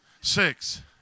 six